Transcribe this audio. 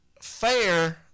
fair